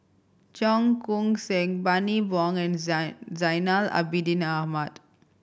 Cheong Koon Seng Bani Buang and Zainal Abidin Ahmad